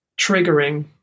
triggering